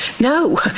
No